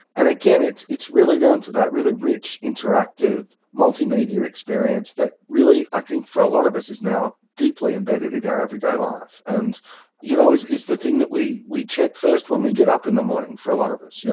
and again, it's it's really down to that really rich interactive multimedia experience that really i think for a lot of us is now deeply embedded in our everyday life and you know is is the thing that we we check first when we get up in the morning for a lot of us. yeah